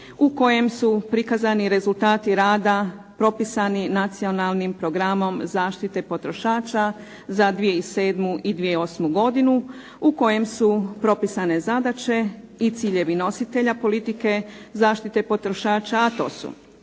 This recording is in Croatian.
u kojem su prikazani rezultati rada propisani Nacionalnim programom zaštite potrošača za 2007. i 2008. godinu u kojem su propisane zadaće i ciljevi nositelja politike zašite potrošača, a to su: